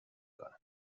کنه